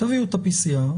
תביאו את ה-PCR.